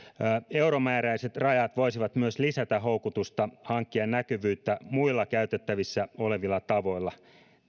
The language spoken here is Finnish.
euromääräiset rajat voisivat myös lisätä houkutusta hankkia näkyvyyttä muilla käytettävissä olevilla tavoilla